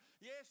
yes